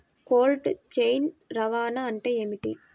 Cold chain రవాణా అంటే ఏమిటీ?